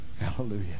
Hallelujah